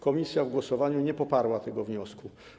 Komisja w głosowaniu nie poparła tego wniosku.